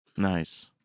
Nice